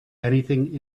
anything